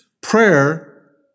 prayer